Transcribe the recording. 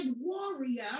warrior